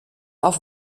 auf